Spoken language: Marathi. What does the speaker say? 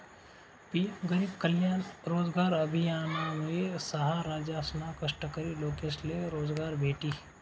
पी.एम गरीब कल्याण रोजगार अभियानमुये सहा राज्यसना कष्टकरी लोकेसले रोजगार भेटी